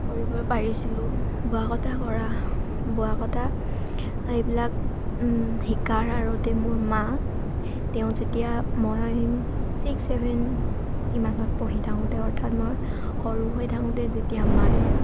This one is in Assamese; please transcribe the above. কৰিব পাৰিছিলোঁ বোৱা কটা কৰা বোৱা কটা সেইবিলাক শিকাৰ আৰু মোৰ মা তেওঁ যেতিয়া মই ছিক্স ছেভেন ইমানত পঢ়ি থাকোঁতে অৰ্থাৎ মই সৰু হৈ থাকোঁতে যেতিয়া মায়ে